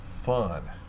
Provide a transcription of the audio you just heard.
fun